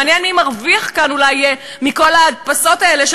מעניין מי מרוויח כאן מכל ההדפסות האלה של